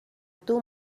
two